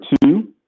two